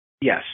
yes